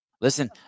Listen